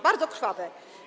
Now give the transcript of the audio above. Bardzo krwawe.